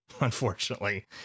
unfortunately